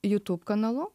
jūtūb kanalu